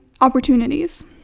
opportunities